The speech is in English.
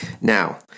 Now